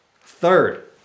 Third